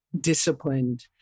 disciplined